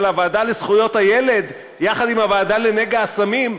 הוועדה לזכויות הילד יחד עם הוועדה לנגע הסמים,